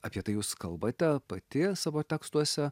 apie tai jūs kalbate pati savo tekstuose